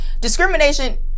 Discrimination